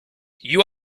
you